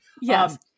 Yes